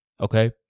okay